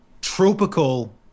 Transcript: tropical